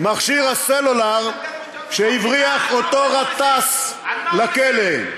מכשיר הסלולר שהבריח אותו גטאס לכלא?